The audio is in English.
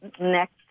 next